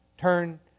Turn